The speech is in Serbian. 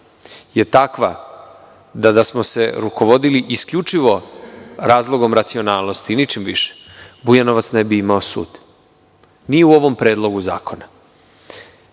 je takva da da smo se rukovodili isključivo razlogom racionalnosti i ničim više Bujaovac ne bi imao sud. Ni u ovom predlogu zakona